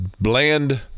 bland